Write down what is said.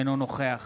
אינו נוכח